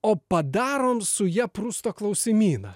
o padarom su ja prusto klausimyną